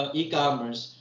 e-commerce